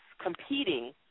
competing